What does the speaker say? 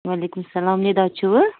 وعلیکُم سلام نِدا چھُوٕ